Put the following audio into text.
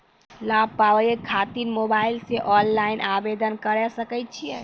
लाभ पाबय खातिर मोबाइल से ऑनलाइन आवेदन करें सकय छियै?